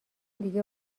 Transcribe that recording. دیگه